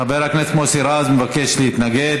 אדוני היושב-ראש, חבר הכנסת מוסי רז מבקש להתנגד.